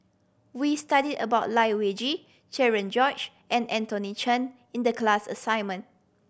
we studied about Lai Weijie Cherian George and Anthony Chen in the class assignment